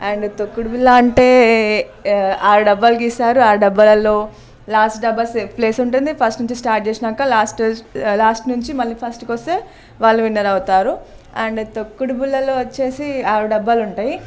and తొక్కుడు బిళ్ళ అంటే ఆరు డబ్బాలు గీస్తారు ఆ డబ్బాలలో లాస్ట్ డబ్బా ప్లేస్ ఉంటుంది ఫస్ట్ నుంచి స్టార్ట్ చేసినాక లాస్ట్ లాస్ట్ నుంచి మళ్ళీ ఫస్ట్కు వస్తే వాళ్ళు విన్నర్ అవుతారు అండ్ తొక్కుడు బిళ్ళలలో వచ్చి ఆరు డబ్బాలు ఉంటాయి